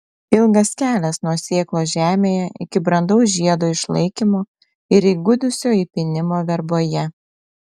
ilgas kelias nuo sėklos žemėje iki brandaus žiedo išlaikymo ir įgudusio įpynimo verboje